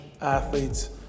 athletes